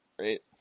right